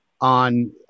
on